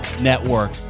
Network